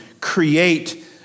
create